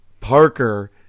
Parker